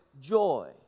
joy